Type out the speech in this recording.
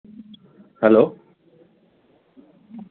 hello